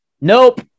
Nope